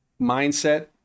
mindset